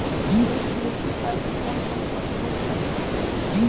লোহিত মৃত্তিকা তে কোন কোন ফসলের চাষ ভালো হয়?